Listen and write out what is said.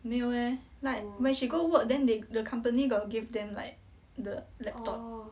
没有 eh like when she go work then they the company got give them like the laptop